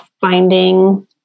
finding